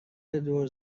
دور